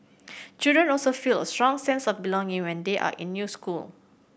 children also feel a strong sense of belonging when they are in new school